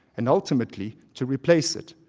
and ultimately, to replace it.